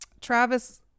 Travis